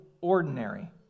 ordinary